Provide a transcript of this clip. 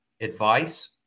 advice